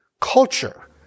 culture